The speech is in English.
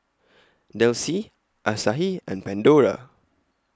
Delsey Asahi and Pandora